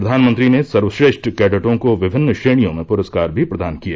प्रधानमंत्री ने सर्वश्रेष्ठ कैडटों को विमिन्न श्रेणियों में पुरस्कार भी प्रदान किए